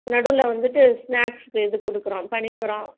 நடுவில் வந்துட்டு ஸ்நாஸ்க்கு இது கொடுக்குறோம் பண்ணிக்கிறோம்